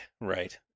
right